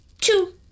Two